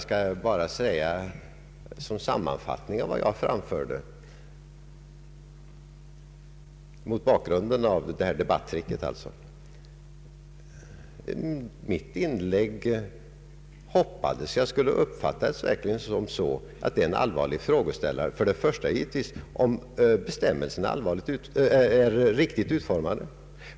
Mot bakgrunden av det debattricket vill jag säga att jag hade hoppats att mitt inlägg skulle upp fattas som några mycket allvarliga frågeställningar: 1) Är bestämmelserna riktigt utformade?